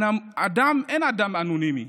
אין אדם אנונימי.